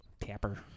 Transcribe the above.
Tapper